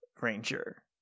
Ranger